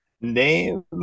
Name